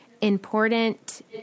important